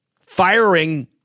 firing